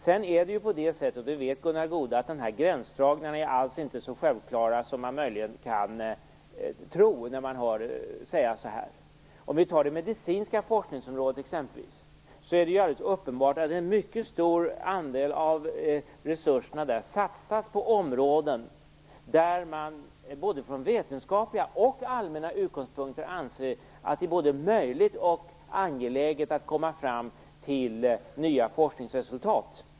Det är ju på det sättet - det vet Gunnar Goude - att gränsdragningarna alls inte är så självklara som man möjligen kan tro när man hör det sägas så här. Om vi t.ex. tar det medicinska forskningsområdet är det alldeles uppenbart att en mycket stor andel av resurserna satsas på områden där man från både vetenskapliga och allmänna utgångspunkter anser att det är möjligt och angeläget att komma fram till nya forskningsresultat.